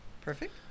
perfect